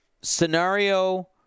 scenario